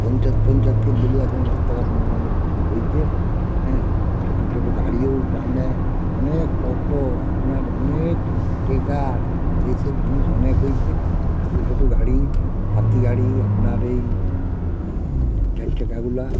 পঞ্চায়েত পঞ্চায়েতকে বলে এখন রাস্তাঘাট মোটামুটি ঠিক হয়েছে হ্যাঁ ছোটো ছোটো গাড়িও গ্রামে অনেক টোটো আপনার অনেক ট্রেকার এইসব জিনিস অনেক হয়েছে ছোটো ছোটো গাড়ি হাতি গাড়ি আপনার এই চারচাকাগুলো